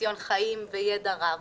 ניסיון חיים וידע רב.